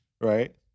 right